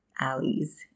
alleys